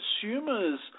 consumers